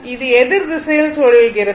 இது எதிர் எதிர் திசையில் சுழல்கிறது